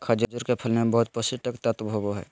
खजूर के फल मे बहुत पोष्टिक तत्व होबो हइ